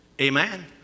Amen